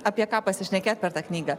apie ką pasišnekėt per tą knygą